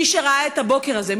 מי שראה את הבוקר הזה,